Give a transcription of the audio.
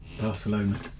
Barcelona